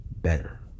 better